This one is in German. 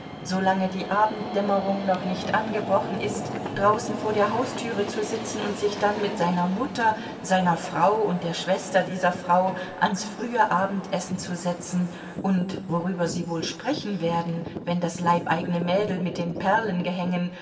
solange die abenddämmerung noch nicht angebrochen ist draußen vor der haustüre zu sitzen und sich dann mit seiner mutter seiner frau und der schwester dieser frau ans frühe abendessen zu setzen und worüber sie wohl sprechen werden wenn das leibeigene mädel mit den